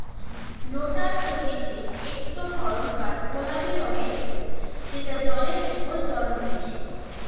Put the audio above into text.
lotus হতিছে একটো ধরণকার গোলাপি রঙের ফুল যেটা জলের ওপরে জন্মতিচ্ছে